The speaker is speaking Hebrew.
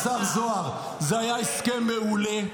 השר זוהר, זה היה הסכם מעולה.